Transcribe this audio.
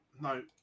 No